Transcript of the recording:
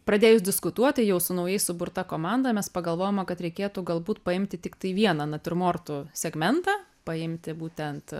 pradėjus diskutuoti jau su naujai suburta komanda mes pagalvojom o kad reikėtų galbūt paimti tiktai vieną natiurmortų segmentą paimti būtent